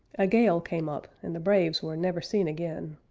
a gale came up and the braves were never seen again.